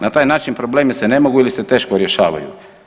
Na taj način problemi se ne mogu ili se teško rješavaju.